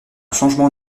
changement